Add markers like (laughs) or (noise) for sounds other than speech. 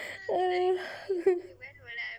(laughs)